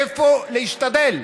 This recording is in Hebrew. איפה להשתדל?